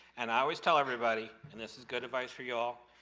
and i always tell everybody, and this is good advice for y'all,